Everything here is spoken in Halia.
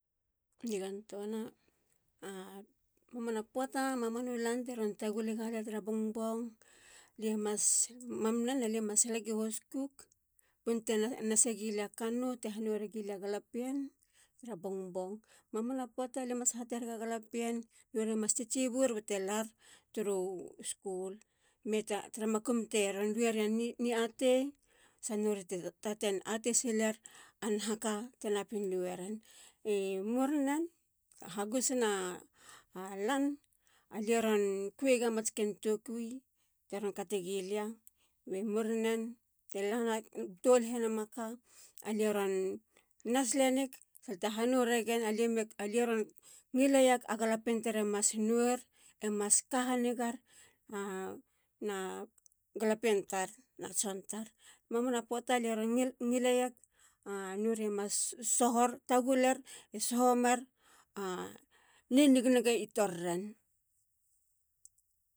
Nigantoana. a mamana poata. mamanu lan teron tagulegalia tara bongbong. mam nen alie mas lagi hoskuk bunte nase gilia kanou te hano regilia galapien tara bongbong. mamana poata. lie mas hate rega galapien. norie mas tsitsibur bate lar turu skul. tara makum teron lue ria ni atei. sa nori te taten ate siler a naha ka te tenapin lueren. murinen. i hagusina lan. alie ron kuiyega mats ken tokui teron kategilia. be murnen. te tolahi namaka. alie ron nas lenig. hano reguen. alie ron ngileyega galapien tare mas nor. e mas kahanigar. na galapien tar na tson tar. mamana poata lie ron ngileyega nori e mas sohor. taguler. e sohomera ninignigi tor ren.